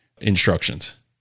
instructions